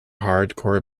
hardcore